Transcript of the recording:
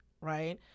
right